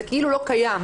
זה כאילו לא קיים.